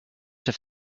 have